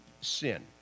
Sin